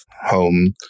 home